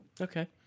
Okay